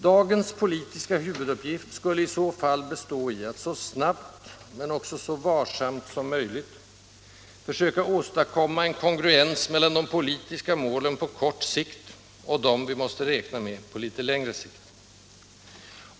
Dagens politiska huvuduppgift skulle i så fall bestå i att så snabbt — men också så varsamt — som möjligt försöka åstadkomma en kongruens mellan de politiska målen på kort sikt och dem vi måste räkna med på litet längre sikt.